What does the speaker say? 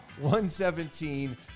117